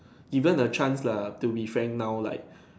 given a chance lah to be frank now like